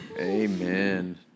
amen